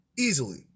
Easily